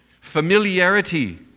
Familiarity